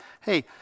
Hey